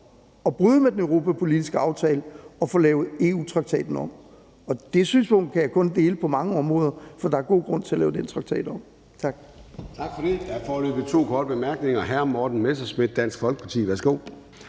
at bryde med den europapolitiske aftale og få lavet EU-traktaten om, og det synspunkt kan jeg kun dele på mange områder. For der er god grund til at lave den traktat om. Tak.